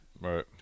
Right